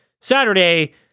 Saturday